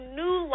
new